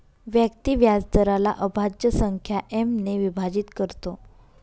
व्यक्ती व्याजदराला अभाज्य संख्या एम ने विभाजित करतो